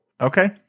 Okay